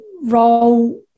role